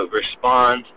respond